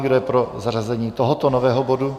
Kdo je pro zařazení tohoto nového bodu?